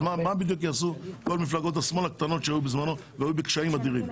מה בדיוק יעשו כל מפלגות השמאל הקטנות שהיו בזמנו והיו בקשיים אדירים?